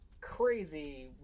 crazy